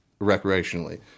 recreationally